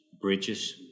bridges